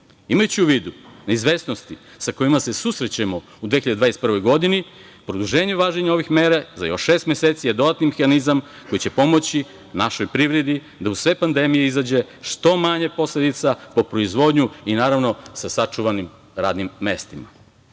u vidu neizvesnosti sa kojima se susrećemo u 2021. godini, produženje važenja ovih mera za još šest meseci je dodatni mehanizam koji će pomoći našoj privredi da iz ove pandemije izađe sa što manje posledica po proizvodnju i, naravno, sa sačuvanim radnim